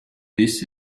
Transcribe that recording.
this